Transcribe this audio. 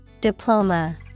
Diploma